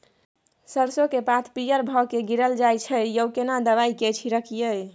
सरसो के पात पीयर भ के गीरल जाय छै यो केना दवाई के छिड़कीयई?